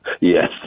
Yes